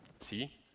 see